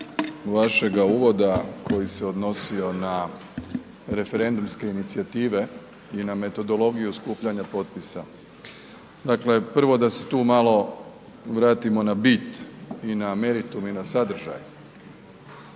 vašega uvoda koji se odnosio na referendumske inicijative i na metodologiju skupljanja potpisa. Dakle, prvo da se tu malo vratimo na bit i na meritum i na sadržaj.